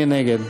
מי נגד?